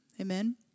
Amen